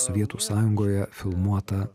sovietų sąjungoje filmuotą